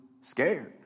scared